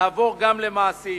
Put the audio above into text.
לעבור גם למעשים.